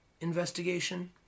investigation